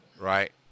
Right